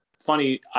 funny